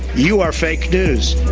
you are fake news.